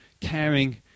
caring